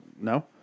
no